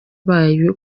bayo